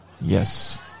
Yes